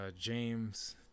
James